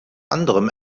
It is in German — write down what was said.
anderem